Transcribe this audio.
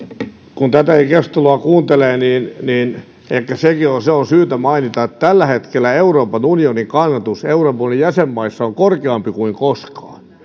kun tätä keskustelua kuuntelee niin niin ehkä sekin on syytä mainita että tällä hetkellä euroopan unionin kannatus euroopan unionin jäsenmaissa on korkeampi kuin koskaan